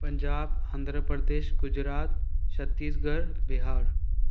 Punjab Andhra Pradesh Gujarat Chhattisgarh Bihar